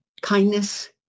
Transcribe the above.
kindness